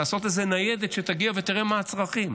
להפעיל איזו ניידת שתגיע ותראה מה הצרכים?